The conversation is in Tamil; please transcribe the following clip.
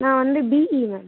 நான் வந்து பிஇ மேம்